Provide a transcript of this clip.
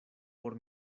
por